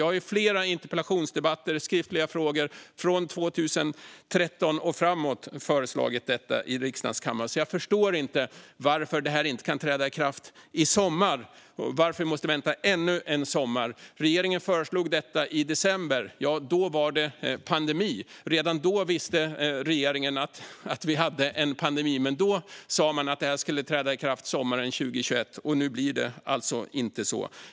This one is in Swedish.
Jag har också från 2013 och framåt föreslagit detta i flera interpellationsdebatter i riksdagens kammare och i skriftliga frågor. Jag förstår alltså inte varför det inte kan träda i kraft i sommar, varför vi måste vänta ännu en sommar. Regeringen föreslog detta i december. Då pågick pandemin; redan då visste regeringen att det pågick en pandemi. Ändå sa man att detta skulle träda i kraft till sommaren 2021. Nu blir det alltså inte så.